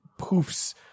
poofs